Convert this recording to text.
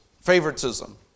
favoritism